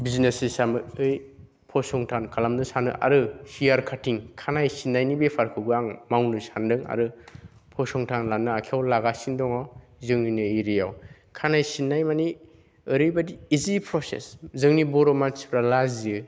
business हिसाबै फसंथान खालामनो सानो आरो हेयार काटिं खानाय सिननायनि बेफारखौबो आं मावनो सानदों आरो फसंथान लानो आखायाव लागासिनो दङ जोंनिनो एरियायाव खानाय सिननाय माने ओरैबादि इजि प्रसेस जोंनि बर' मानथिफ्रा लाजियो